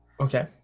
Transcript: Okay